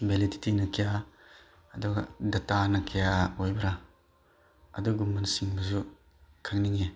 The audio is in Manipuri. ꯚꯦꯂꯤꯗꯤꯇꯤꯅ ꯀꯌꯥ ꯑꯗꯨꯒ ꯗꯇꯥꯅ ꯀꯌꯥ ꯑꯣꯏꯕ꯭ꯔꯥ ꯑꯗꯨꯒꯨꯝꯕꯅꯆꯤꯡꯕꯁꯨ ꯈꯪꯅꯤꯡꯉꯦ